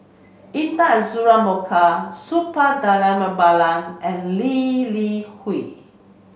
Intan Azura Mokhtar Suppiah Dhanabalan and Lee Li Hui